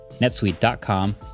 netsuite.com